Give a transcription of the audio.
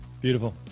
beautiful